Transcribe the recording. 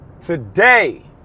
today